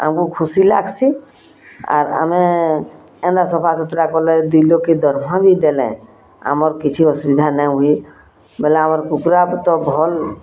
ଆମକୁ ଖୁସି ଲାଗ୍ସି ଆର୍ ଆମେ ଏନ୍ତା ସଫାସୁତରା କଲେ ଦୁଇ ଲୋକେ ଦର୍ମା ଭି ଦେଲେ ଆମର୍ କିଛି ଅସୁବିଧା ନାଇଁ ହୁଏ ବଇଲେ ଆମର୍ କୁକୁରା ତ ଭଲ୍